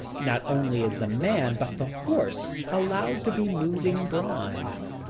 not only is the man but the horse allowed to be moving bronze,